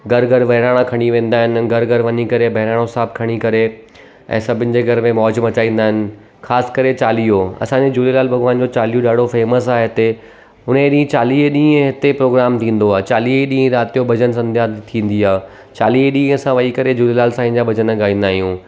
घरु घरु बहिराणा खणी वेंदा आहिनि घरु घरु वञी करे बहिराणो साहब खणी करे ऐं सभिनि जे घर में मौज मचाईंदा आहिनि ख़ासि करे चालीहो असांजे झूलेलाल भॻावन जो चालीहो ॾाढो फेमस आहे हिते हुणे ॾींहुं चालीह ॾींहं ए हिते प्रोग्राम थींदो आहे चालीह ई ॾींहं राति जो भॼनु संध्या थींदी आहे चालीह ई ॾींहं असां वही करे झूलेलाल साईं जा भॼन ॻाईंदा आहियूं